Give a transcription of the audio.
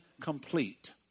complete